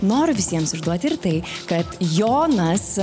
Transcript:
noriu visiems išduoti ir tai kad jonas